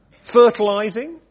fertilizing